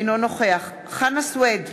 אינו נוכח חנא סוייד,